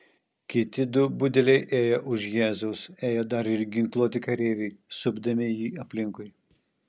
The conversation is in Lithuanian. kiti du budeliai ėjo už jėzaus ėjo dar ir ginkluoti kareiviai supdami jį aplinkui